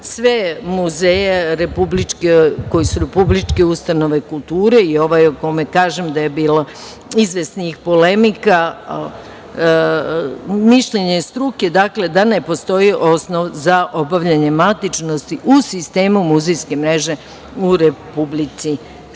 sve muzeje koji su republičke ustanove kulture, i ovaj o kome kažem da je bilo izvesnih polemika, mišljenje je struke da ne postoji osnov za obavljanje matičnosti u sistemu muzejske mreže u Republici Srbiji.